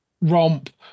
romp